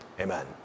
Amen